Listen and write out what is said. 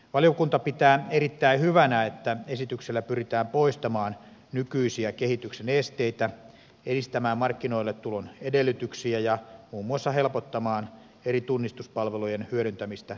valiokunta pitää erittäin hyvänä että esityksellä pyritään poistamaan nykyisiä kehityksen esteitä edistämään markkinoille tulon edellytyksiä ja muun muassa helpottamaan eri tunnistuspalvelujen hyödyntämistä sähköisissä palveluissa